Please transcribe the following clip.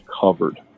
covered